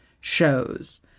shows